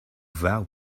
vow